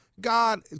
God